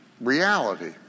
reality